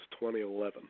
2011